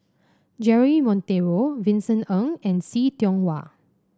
Jeremy Monteiro Vincent Ng and See Tiong Wah